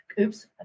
Oops